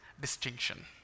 distinction